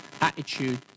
attitude